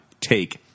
take